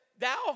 Thou